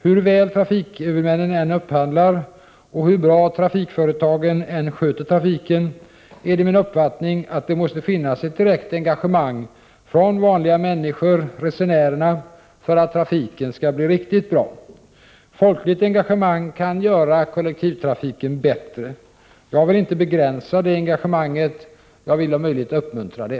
Hur väl trafikhuvudmännen än upphandlar och hur bra trafikföretagen än sköter trafiken är det min uppfattning att det måste finnas ett direkt engagemang från vanliga människor, resenärerna, för att trafiken skall bli riktigt bra. Folkligt engagemang kan göra kollektivtrafiken bättre. Jag vill inte begränsa det engagemanget. Jag vill om möjligt uppmuntra det.